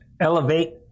Elevate